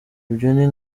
ibyo